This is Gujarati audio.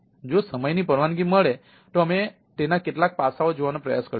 જો સમય ની પરવાનગી મળે તો અમે તેના કેટલાક પાસાઓ જોવાનો પ્રયાસ કરીશું